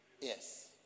Yes